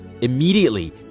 Immediately